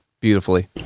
beautifully